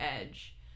edge